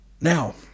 Now